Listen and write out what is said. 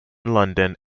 london